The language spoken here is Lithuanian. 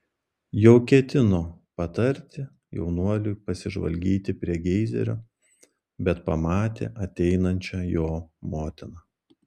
jau ketino patarti jaunuoliui pasižvalgyti prie geizerio bet pamatė ateinančią jo motiną